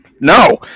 No